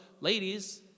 ladies